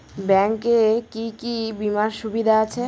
Bank এ কি কী বীমার সুবিধা আছে?